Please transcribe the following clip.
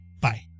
Bye